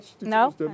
No